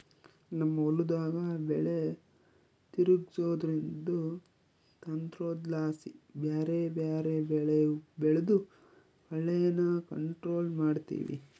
ನಮ್ ಹೊಲುದಾಗ ಬೆಲೆ ತಿರುಗ್ಸೋದ್ರುದು ತಂತ್ರುದ್ಲಾಸಿ ಬ್ಯಾರೆ ಬ್ಯಾರೆ ಬೆಳೆ ಬೆಳ್ದು ಕಳೇನ ಕಂಟ್ರೋಲ್ ಮಾಡ್ತಿವಿ